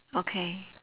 okay